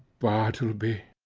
bartleby,